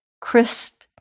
crisp